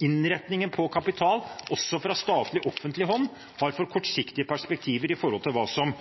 innretningen på kapitalen, også fra statlig, offentlig hånd, har for kortsiktige perspektiver i forhold til det som